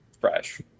fresh